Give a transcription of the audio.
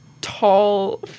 tall